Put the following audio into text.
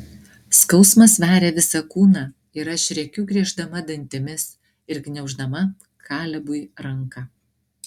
skausmas veria visą kūną ir aš rėkiu grieždama dantimis ir gniauždama kalebui ranką